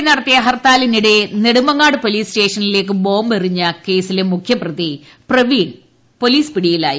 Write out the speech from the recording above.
P നടത്തിയ ഹർത്താലിനിടെ Nedumangad police സ്റ്റേഷനിലേക്ക് ബോംബെറിഞ്ഞ കേസിലെ മുഖ്യപ്രതി പ്രവീൺ പോലീസ് പിടിയിലായി